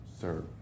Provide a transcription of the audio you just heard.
serve